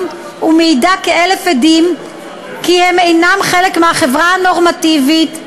ומעידה כאלף עדים כי הם אינם חלק מהחברה הנורמטיבית,